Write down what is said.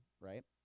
right